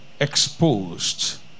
exposed